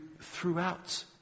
throughout